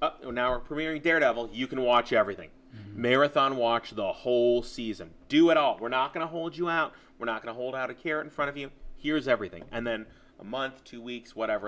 on our primary daredevils you can watch everything marathon watch the whole season do it all we're not going to hold you out we're not going to hold out of here in front of you here's everything and then a month two weeks whatever